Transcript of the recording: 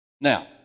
Now